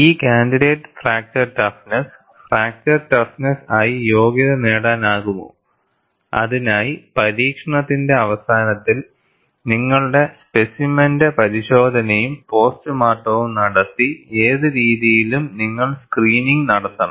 ഈ candidate fracture toughness fracture toughness ആയി യോഗ്യത നേടാനാകുമോ അതിനായി പരീക്ഷണത്തിന്റെ അവസാനത്തിൽ നിങ്ങളുടെ സ്പെസിമെനിന്റെ പരിശോധനയും പോസ്റ്റ്മോർട്ടവും നടത്തി ഏത് രീതിയിലും നിങ്ങൾ സ്ക്രീനിംഗ് നടത്തണം